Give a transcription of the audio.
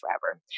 forever